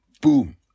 Boom